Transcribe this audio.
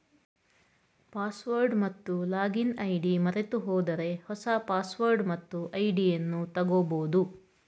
password ಮತ್ತು login ID ಮರೆತುಹೋದರೆ ಹೊಸ ಪಾಸ್ವರ್ಡ್ ಮತ್ತು ಐಡಿಯನ್ನು ತಗೋಬೋದು